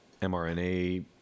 mRNA